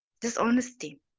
dishonesty